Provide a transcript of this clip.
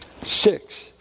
Six